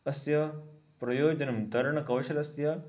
अस्य प्रयोजनं तरणकौशलस्य